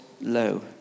low